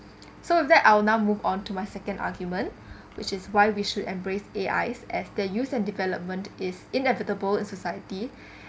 so that are now move on to my second argument which is why we should embrace A_I as their use and development is inevitable in society